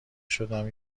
شدم